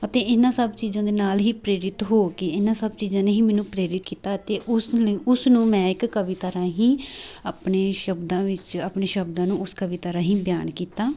ਅਤੇ ਇਹਨਾਂ ਸਭ ਚੀਜ਼ਾਂ ਦੇ ਨਾਲ ਹੀ ਪ੍ਰੇਰਿਤ ਹੋ ਕੇ ਇਹਨਾਂ ਸਭ ਚੀਜ਼ਾਂ ਨੇ ਹੀ ਮੈਨੂੰ ਪ੍ਰੇਰਿਤ ਕੀਤਾ ਅਤੇ ਉਸ ਲਈ ਉਸ ਨੂੰ ਮੈਂ ਇੱਕ ਕਵਿਤਾ ਰਾਹੀਂ ਆਪਣੇ ਸ਼ਬਦਾਂ ਵਿੱਚ ਆਪਣੇ ਸ਼ਬਦਾਂ ਨੂੰ ਉਸ ਕਵਿਤਾ ਰਾਹੀਂ ਬਿਆਨ ਕੀਤਾ